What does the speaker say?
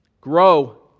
Grow